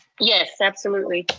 yes, absolutely.